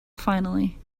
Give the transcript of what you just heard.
finally